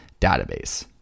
database